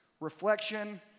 reflection